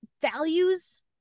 values